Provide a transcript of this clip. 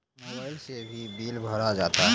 Mobile से भी bill भरा जाता हैं?